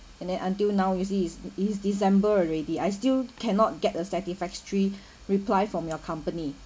and then until now you see it's it is december already I still cannot get a satisfactory reply from your company